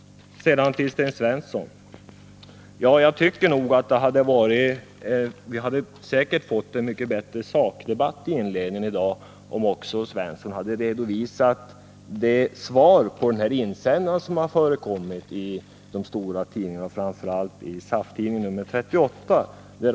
Vi hade säkert, Sten Svensson, fått en mycket bättre sakdebatt i inledningen i dag om Sten Svensson också redovisat svaret på den insändare som förekommit i de stora tidningarna och i SAF-tidningen, nr 38.